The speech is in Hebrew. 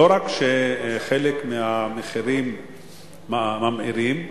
לא רק שהמחירים מאמירים,